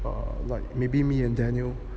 err like maybe me and daniel